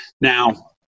Now